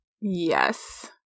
Yes